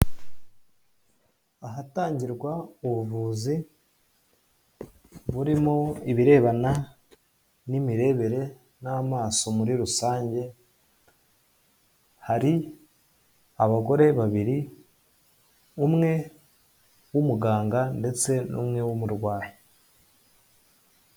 Ahatangirwa ubuvuzi burimo ibirebana n'imirebere n'amaso muri rusange hari abagore babiri umwe w'umuganga ndetse n'umwe w'umurwayi.